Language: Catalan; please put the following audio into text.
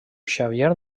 xavier